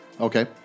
Okay